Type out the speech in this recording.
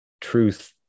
truth